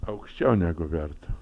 aukščiau negu verta